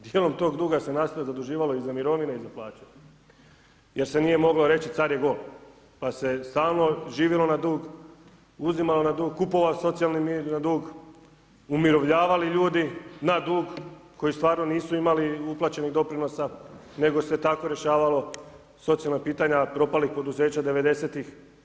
Dijelom tog duga se … zaduživalo i za mirovine i za plaće jer se nije moglo reći „car je gol“, pa se stalno živjelo na dug, uzimalo na dug, kupovao socijalni mir na dug, umirovljavali ljudi na dug koji stvarno nisu imali uplaćenih doprinosa, nego se tako rješavalo socijalna pitanja propalih poduzeća 90-tih.